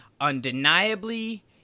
undeniably –